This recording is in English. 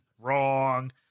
Wrong